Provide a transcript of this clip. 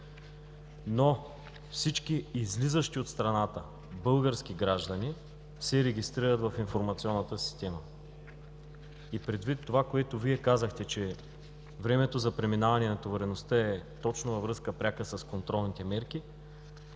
но всички излизащи от страната български граждани се регистрират в информационната система. Предвид това, което Вие казахте, че времето за преминаване и натовареността е точно в пряка връзка с контролните мерки,